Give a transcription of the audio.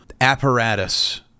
apparatus